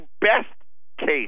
best-case